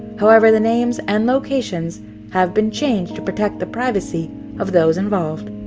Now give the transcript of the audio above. however, the names and locations have been changed to protect the privacy of those involved.